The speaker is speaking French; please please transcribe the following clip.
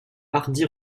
hardy